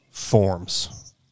forms